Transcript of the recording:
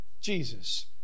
Jesus